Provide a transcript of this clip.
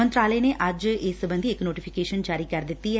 ਮੰਤਰਾਲੇ ਨੇ ਅੱਜ ਇਸ ਸਬੰਧੀ ਇਕ ਨੋਟੀਫਿਕੇਸ਼ਨ ਜਾਰੀ ਕਰ ਦਿੱਤੀ ਏ